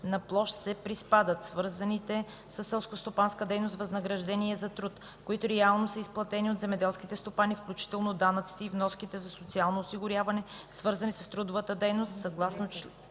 на площ се приспадат свързаните със селскостопанска дейност възнаграждения за труд, които реално са изплатени от земеделските стопани, включително данъците и вноските за социално осигуряване, свързани с трудовата заетост, съгласно чл.